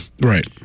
Right